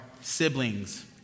siblings